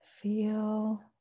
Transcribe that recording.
Feel